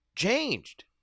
changed